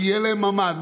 שיהיה להם ממ"ד.